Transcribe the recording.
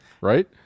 right